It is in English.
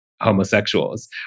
homosexuals